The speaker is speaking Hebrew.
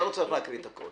אתה לא צריך להקריא הכול.